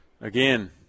again